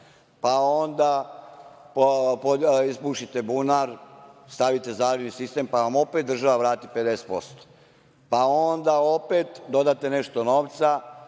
pa onda izbušite bunar, stavite zalivni sistem pa vam opet država vrati 50%. Onda opet dodate nešto novca